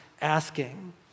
asking